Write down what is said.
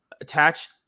Attach